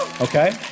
Okay